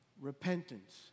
repentance